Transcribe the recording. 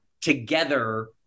together